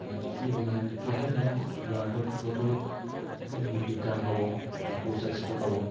কি মানে তেতিয়াহে তেওঁ ল'ৰাটোৰ শিশুটোৰ বিকাশ হ'ব এটা সুস্বাস্থ্য পাব